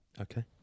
Okay